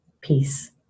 peace